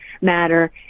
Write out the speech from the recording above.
matter